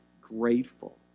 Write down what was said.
grateful